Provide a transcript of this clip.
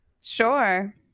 sure